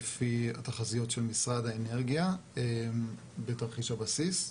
לפי התחזיות של משרד האנרגיה בתרחיש הבסיס.